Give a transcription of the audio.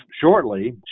shortly